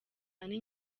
ari